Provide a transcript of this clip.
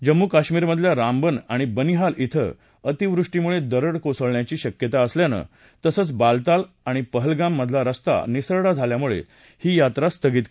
जम्मू कश्मीरमधल्या रामबन आणि बनीहाल क्रिं अतिवृष्टीमुळे दरड कोसळण्याची शक्यता असल्यानं तसंच बालताल आणि पहलगाम मधला रस्ता निसरडा झाल्यामुळे ही यात्रा स्थगित केली आहे